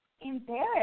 embarrassed